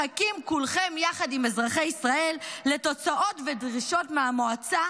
מחכים כולכם יחד עם אזרחי ישראל לתוצאות ודרישות מהמועצה,